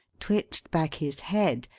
twitched back his head,